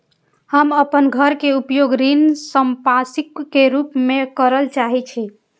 हम अपन घर के उपयोग ऋण संपार्श्विक के रूप में करल चाहि छी